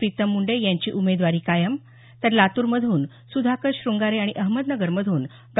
प्रितम मुंडे यांची उमेदवारी कायम तर लातूरमधून सुधाकर शृंगारे आणि अहमदनगरमधून डॉ